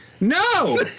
no